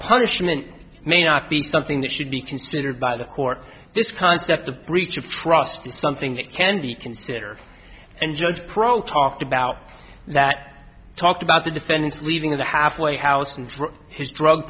punishment may not be something that should be considered by the court this concept of breach of trust is something that can be considered and judge pro talked about that talked about the defendants leaving the halfway house and his drug